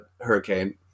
hurricane